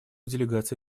делегации